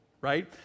right